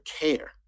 care